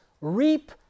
reap